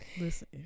Listen